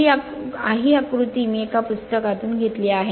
हा आकृती मी एका पुस्तकातून घेतली आहे